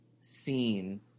seen